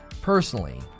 Personally